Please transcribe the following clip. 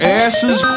asses